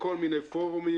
בכל מיני פורומים,